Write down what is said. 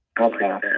Okay